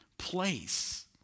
Place